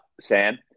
Sam